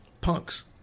punks